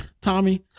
Tommy